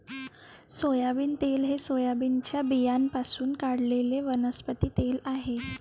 soybean तेल हे सोयाबीनच्या बियाण्यांपासून काढलेले वनस्पती तेल आहे